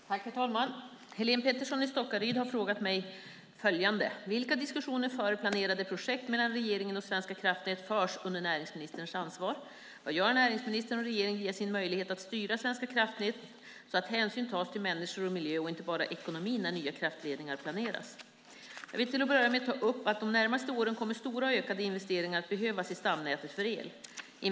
Herr talman! Helene Petersson i Stockaryd har frågat mig följande: Vilka diskussioner före planerade projekt mellan regeringen och Svenska kraftnät förs under näringsministerns ansvar? Vad gör näringsministern och regeringen via sin möjlighet att styra Svenska kraftnät så att hänsyn tas till människor och miljö och inte bara ekonomin när nya kraftledningar planeras? Jag vill till att börja med ta upp att stora och ökade investeringar kommer att behövas i stamnätet för el de närmaste åren.